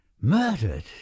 Murdered